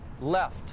left